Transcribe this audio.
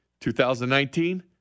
2019